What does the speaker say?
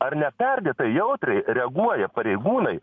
ar ne perdėtai jautriai reaguoja pareigūnai